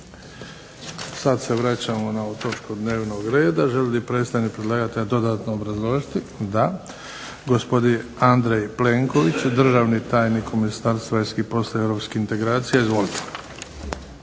Sad se vraćamo na ovu točku dnevnog reda. Želi li predstavnik predlagatelja dodatno obrazložiti? Da. Gospodin Andrej Plenković, državni tajnik u Ministarstvu vanjskih poslova i europskih integracija. Izvolite.